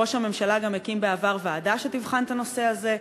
ראש הממשלה גם הקים בעבר ועדה שתבחן את הנושא הזה.